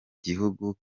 gihugu